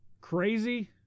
crazy